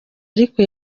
ariko